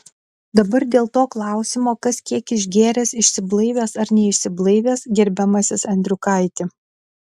dabar dėl to klausimo kas kiek išgėręs išsiblaivęs ar neišsiblaivęs gerbiamasis endriukaiti